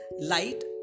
light